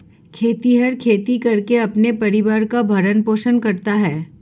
खेतिहर खेती करके अपने परिवार का भरण पोषण करता है